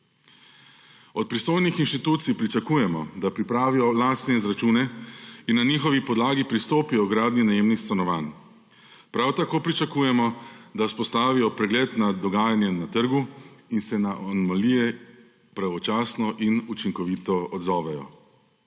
Od pristojnih inštitucij pričakujemo, da pripravijo lastne izračune in na njihovi podlagi pristopijo h gradnji najemnih stanovanj. Prav tako pričakujemo, da vzpostavijo pregled nad dogajanjem na trgu in se na anomalije pravočasno in učinkovito odzovejo.